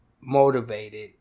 motivated